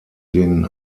den